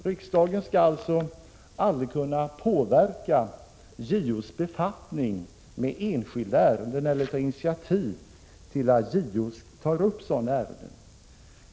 Riksdagen skall alltså aldrig kunna påverka JO:s befattning med enskilda ärenden eller ta initiativ till att JO tar upp ärenden.